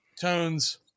Tones